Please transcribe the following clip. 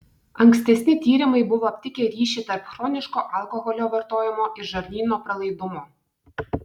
ankstesni tyrimai buvo aptikę ryšį tarp chroniško alkoholio vartojimo ir žarnyno pralaidumo